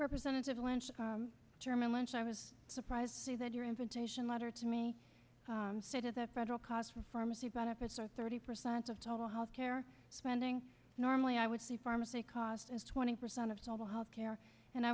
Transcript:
representative lynch german ones i was surprised to see that your invitation letter to me stated that federal costs for pharmacy benefits are thirty percent of total healthcare spending normally i would see pharmacy cost as twenty percent of sellable healthcare and i